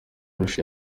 irusha